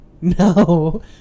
No